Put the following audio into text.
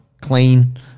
clean